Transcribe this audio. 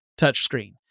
touchscreen